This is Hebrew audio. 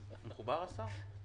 ברשותכם,